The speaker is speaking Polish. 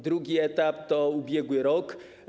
Drugi etap to ubiegły rok.